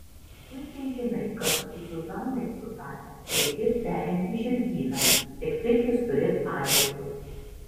puikiai žinai kad zuzanai su tania reikės perimti žirgyną tik taip jis turės ateitį